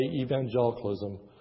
evangelicalism